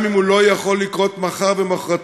גם אם הוא לא יכול לקרות מחר או מחרתיים,